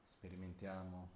Sperimentiamo